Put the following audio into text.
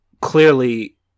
clearly